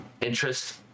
interest